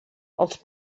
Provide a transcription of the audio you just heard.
els